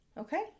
Okay